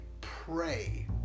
pray